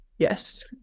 Yes